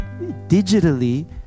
digitally